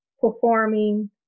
performing